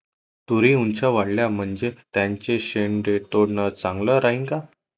तुरी ऊंच वाढल्या म्हनजे त्याचे शेंडे तोडनं चांगलं राहीन का?